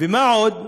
ומה עוד?